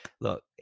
look